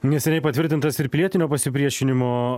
neseniai patvirtintas ir pilietinio pasipriešinimo